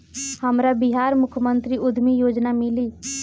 हमरा बिहार मुख्यमंत्री उद्यमी योजना मिली?